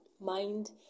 mind